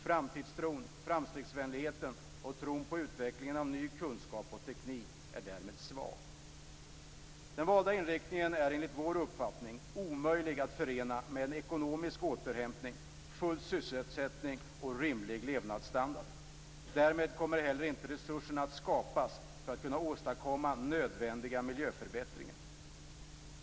Framtidstron, framstegsvänligheten och tron på utvecklingen av ny kunskap och teknik är därmed svaga. Den valda inriktningen är enligt vår uppfattning omöjlig att förena med ekonomisk återhämtning, full sysselsättning och en rimlig levnadsstandard. Därmed kommer heller inte de resurser att skapas som behövs för att kunna åstadkomma nödvändiga miljöförbättringar.